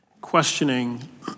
questioning